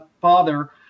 father